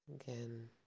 Again